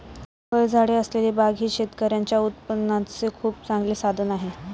फळझाडे असलेली बाग ही शेतकऱ्यांच्या उत्पन्नाचे खूप चांगले साधन आहे